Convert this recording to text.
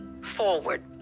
forward